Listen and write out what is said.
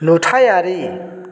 नुथायारि